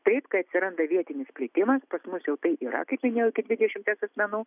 taip kai atsiranda vietinis plitimas pas mus jau tai yra kaip minėjau iki dvidešimties asmenų